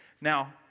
Now